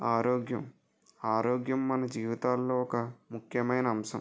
ఆరోగ్యం ఆరోగ్యం మన జీవితాల్లో ఒక ముఖ్యమైన అంశం